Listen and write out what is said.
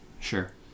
Sure